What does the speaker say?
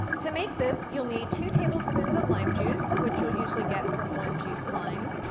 to make this you'll need two tablespoons of lime juice which will usually get from one juice lime,